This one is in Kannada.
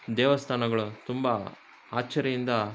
ದೇವಸ್ಥಾನಗಳು ತುಂಬ ಅಚ್ಚರಿಯಿಂದ